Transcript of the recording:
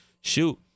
shoot